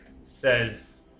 says